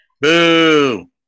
Boo